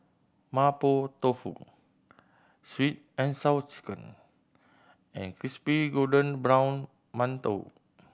Mapo Tofu Sweet And Sour Chicken and crispy golden brown mantou